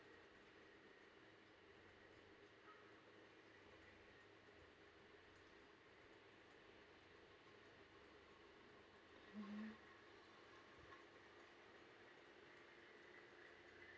mm